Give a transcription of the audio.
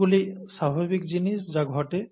এগুলি স্বাভাবিক জিনিস যা ঘটে